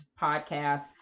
podcast